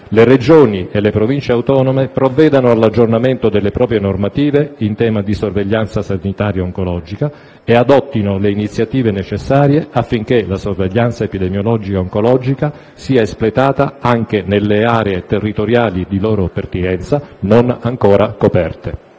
le Regioni e le Province autonome provvedano all'aggiornamento delle proprie normative in tema di sorveglianza sanitaria oncologica e adottino le iniziative necessarie affinché la sorveglianza epidemiologica oncologica sia espletata anche nelle aree territoriali di loro pertinenza non ancora coperte.